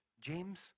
James